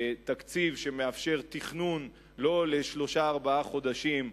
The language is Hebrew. תקציב שמאפשר תכנון לא לשלושה-ארבעה חודשים,